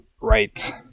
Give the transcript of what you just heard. Right